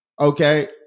Okay